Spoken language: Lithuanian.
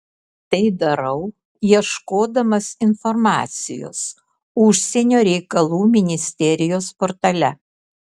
tai darau ieškodamas informacijos užsienio reikalų ministerijos portale